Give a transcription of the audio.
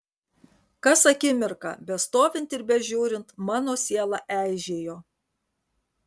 kas akimirką bestovint ir bežiūrint mano siela eižėjo